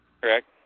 Correct